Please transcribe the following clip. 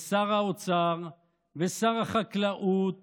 שר האוצר ושר החקלאות